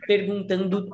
Perguntando